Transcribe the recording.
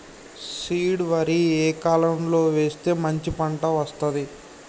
Seed వరి ఏ కాలం లో వేస్తే మంచి పంట వస్తది?